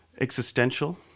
existential